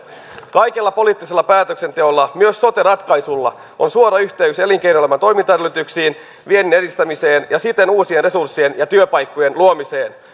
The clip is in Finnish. kaikella poliittisella päätöksenteolla myös sote ratkaisulla on suora yhteys elinkeinoelämän toimintaedellytyksiin viennin edistämiseen ja siten uusien resurssien ja työpaikkojen luomiseen